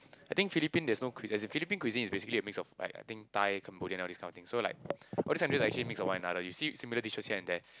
I think Philippines there is no cui~ Philippine cuisine is basically mix of like I think Thai Cambodian all this kind of things so like all these dishes are actually a mixture of one another you see similar dishes here and there